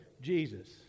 Jesus